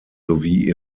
sowie